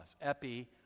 Epi